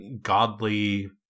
godly